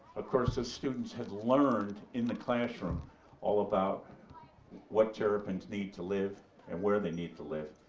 of course, the students had learned in the classroom all about what terrapins need to live and where they need to live,